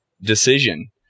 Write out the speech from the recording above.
decision